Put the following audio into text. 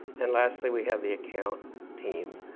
and lastly, we have the account team,